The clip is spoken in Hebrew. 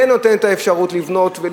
לכן שם אני כן נותנת את האפשרות לבנות ולפעול.